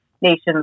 nations